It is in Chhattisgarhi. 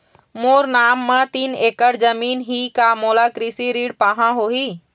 मोर नाम म तीन एकड़ जमीन ही का मोला कृषि ऋण पाहां होही?